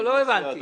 לא הבנתי.